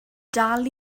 dal